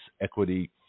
equity